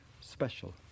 special